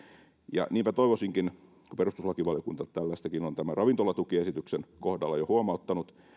niinpä toivoisinkin kun perustuslakivaliokunta tällaistakin on tämän ravintolatukiesityksen kohdalla jo huomauttanut